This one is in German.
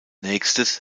nächstes